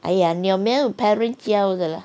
!aiya! 鸟没有 parent 教的 lah